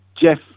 Jeff